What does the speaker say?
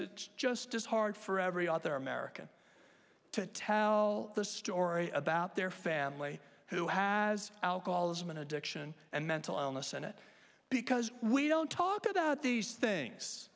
it just is hard for every author american to tell the story about their family who has alcoholism and addiction and mental illness and it because we don't talk about these things